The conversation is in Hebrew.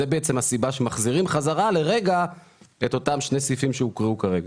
זאת בעצם הסיבה שמחזירים חזרה לרגע את אותם שני סעיפים שהוקראו כרגע.